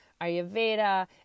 Ayurveda